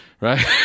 right